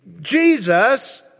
Jesus